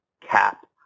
cap